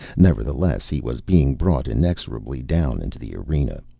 nevertheless he was being brought inexorably down into the arena,